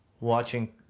Watching